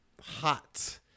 hot